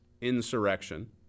insurrection